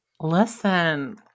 listen